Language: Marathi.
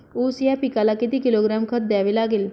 ऊस या पिकाला किती किलोग्रॅम खत द्यावे लागेल?